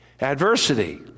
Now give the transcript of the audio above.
adversity